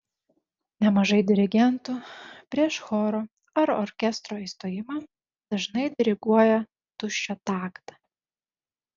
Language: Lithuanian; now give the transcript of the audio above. nemažai dirigentų prieš choro ar orkestro įstojimą dažnai diriguoja tuščią taktą